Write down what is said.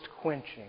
quenching